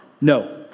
No